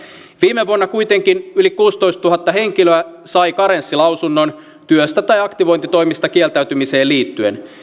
viime vuonna kuitenkin yli kuusitoistatuhatta henkilöä sai karenssilausunnon työstä tai aktivointitoimista kieltäytymiseen liittyen